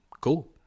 Cool